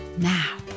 Now